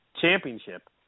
Championship